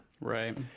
right